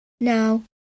Now